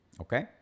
Okay